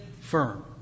firm